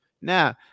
Now